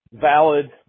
valid